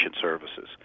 services